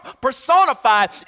personified